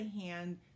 hand